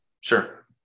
Sure